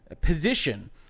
position